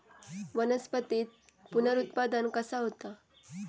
वनस्पतीत पुनरुत्पादन कसा होता?